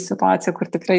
situacija kur tikrai